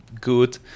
good